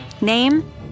name